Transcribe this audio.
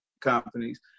companies